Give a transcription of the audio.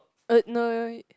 uh no y~